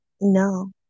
No